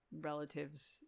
relatives